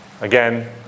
Again